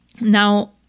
Now